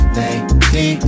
lady